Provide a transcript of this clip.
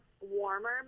warmer